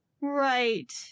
Right